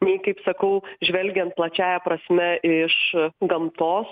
nei kaip sakau žvelgiant plačiąja prasme iš gamtos